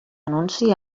anunci